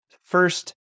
first